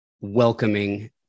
welcoming